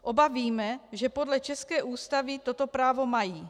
Oba víme, že podle české Ústavy toto právo mají.